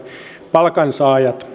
palkansaajat